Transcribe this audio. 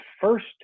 first